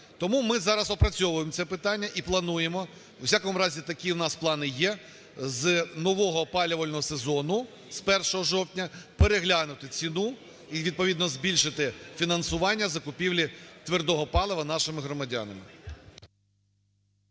Тому ми зараз опрацьовуємо це питання і плануємо, в усякому разі у нас такі плани є, з нового опалювального сезону з 1 жовтня переглянути ціну і відповідно збільшити фінансування закупівлі твердого палива нашими громадянами.